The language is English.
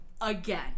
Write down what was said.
Again